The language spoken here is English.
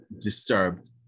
disturbed